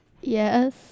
Yes